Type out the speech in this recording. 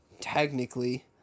technically